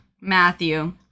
Matthew